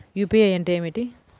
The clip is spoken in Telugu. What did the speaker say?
యూ.పీ.ఐ అంటే ఏమిటి?